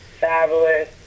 Fabulous